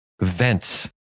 vents